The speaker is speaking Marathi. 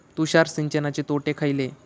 तुषार सिंचनाचे तोटे खयले?